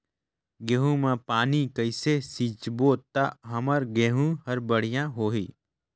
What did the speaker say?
गहूं म पानी कइसे सिंचबो ता हमर गहूं हर बढ़िया होही?